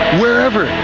wherever